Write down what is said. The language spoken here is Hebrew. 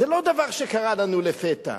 זה לא דבר שקרה לנו לפתע.